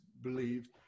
believed